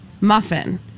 muffin